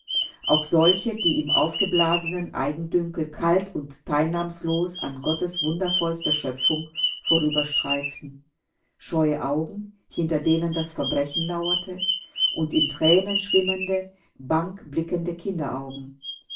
auch solche die im aufgeblasenen eigendünkel kalt und teilnahmlos an gottes wundervollster schöpfung vorüberstreiften scheue augen hinter denen das verbrechen lauerte und in thränen schwimmende